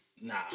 Nah